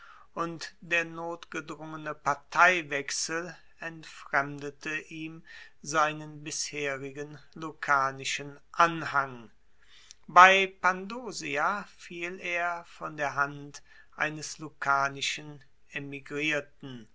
und der notgedrungene parteiwechsel entfremdete ihm seinen bisherigen lucanischen anhang bei pandosia fiel er von der hand eines lucanischen emigrierten